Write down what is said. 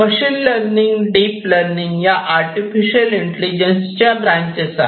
machine learning deep learning या artificial intelligence च्या branches आहे